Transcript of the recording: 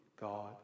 God